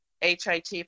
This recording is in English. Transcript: HIT